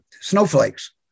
snowflakes